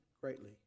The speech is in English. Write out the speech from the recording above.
greatly